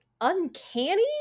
uncanny